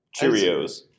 Cheerios